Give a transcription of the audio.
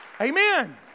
Amen